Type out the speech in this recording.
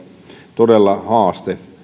todella haaste